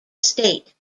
estate